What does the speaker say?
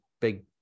big